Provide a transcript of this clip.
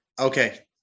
Okay